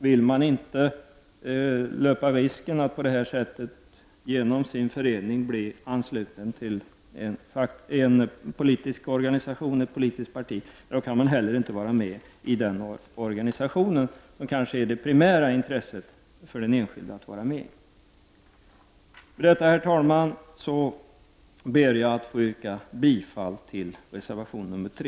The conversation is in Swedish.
Vill man inte löpa risken att på detta sätt genom sin förening bli ansluten till en politisk organisation eller ett politiskt parti, då skall man inte gå med i föreningen, trots att det kanske är av primärt intresse för den enskilde. Med detta, herr talman, ber jag att få yrka bifall till reservation 3.